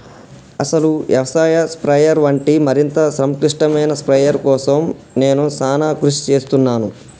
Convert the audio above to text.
అసలు యవసాయ స్ప్రయెర్ వంటి మరింత సంక్లిష్టమైన స్ప్రయెర్ కోసం నేను సానా కృషి సేస్తున్నాను